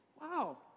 Wow